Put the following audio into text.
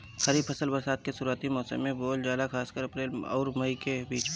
खरीफ फसल बरसात के शुरूआती मौसम में बोवल जाला खासकर अप्रैल आउर मई के बीच में